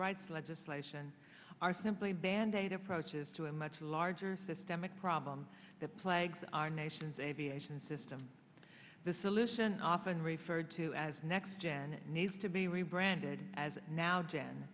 rights legislation are simply band aid approaches to a much larger systemic problem that plagues our nation's aviation system the solution often referred to as next gen needs to be rebranded as now j